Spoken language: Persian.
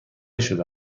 شده